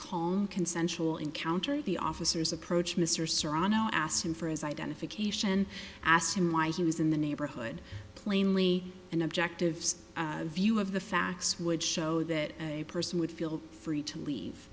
on consensual encounter the officers approach mr serrano asked him for his identification asked him why he was in the neighborhood plainly and objectives view of the facts would show that a person would feel free to leave